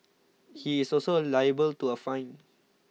he is also liable to a fine